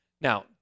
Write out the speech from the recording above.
Now